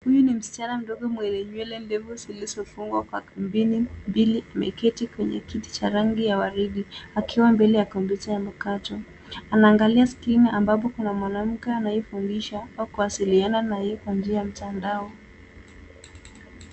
Huyu ni msichana mdogo mwenye nywele ndefu zilizofungwa kwa mpini mbili . Ameketi kwenye kiti cha rangi ya waridi akiwa mbele ya kompyuta ya mpakato. Anaangalia skrini ambapo kuna mwanamke anayefundisha au kuwasiliana naye kwa njia ya mtandao.